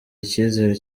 icyizere